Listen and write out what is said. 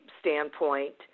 standpoint